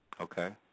Okay